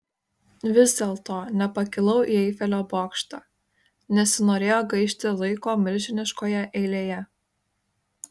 vis dėlto nepakilau į eifelio bokštą nesinorėjo gaišti laiko milžiniškoje eilėje